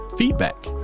Feedback